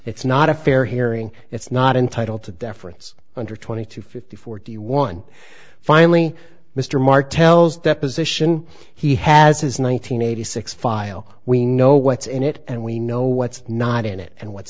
it's not a fair hearing it's not entitled to deference under twenty two fifty forty one finally mr mark tells deposition he has his one nine hundred eighty six file we know what's in it and we know what's not in it and what's